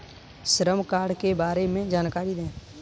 श्रम कार्ड के बारे में जानकारी दें?